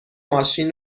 ماشین